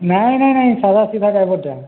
ନାଇଁ ନାଇଁ ନାଇଁ ସାଧା ସିଧା ଡ୍ରାଇଭର୍ଟା